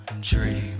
Dream